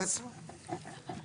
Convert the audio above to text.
לאו דווקא רץ.